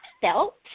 felt